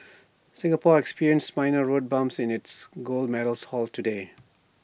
Singapore experienced minor road bumps to its gold medals haul today